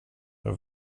jag